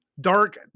Dark